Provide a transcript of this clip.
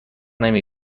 نمی